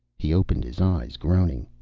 he opened his eyes, groaning.